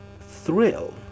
thrill